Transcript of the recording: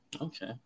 okay